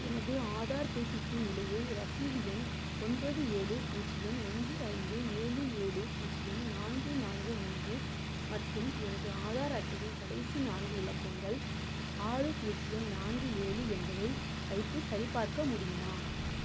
எனது ஆதார் புதுப்பிப்பின் நிலையை ரசீது எண் ஒன்பது ஏழு பூஜ்யம் ஒன்று ஐந்து ஏழு ஏழு பூஜ்யம் நான்கு நான்கு மூன்று மற்றும் எனது ஆதார் அட்டையின் கடைசி நான்கு இலக்கங்கள் ஆறு பூஜ்யம் நான்கு ஏழு என்பதை வைத்து சரிபார்க்க முடியுமா